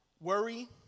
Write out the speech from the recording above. worry